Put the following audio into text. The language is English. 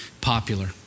popular